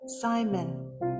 Simon